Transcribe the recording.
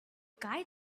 guy